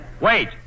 wait